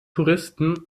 touristen